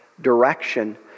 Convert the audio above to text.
direction